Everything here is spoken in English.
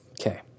Okay